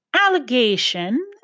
allegation